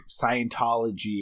Scientology